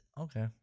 Okay